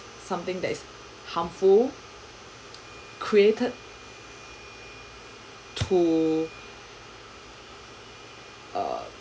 something that is harmful created to err